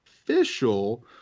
official